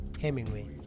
Hemingway